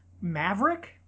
maverick